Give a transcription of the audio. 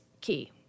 key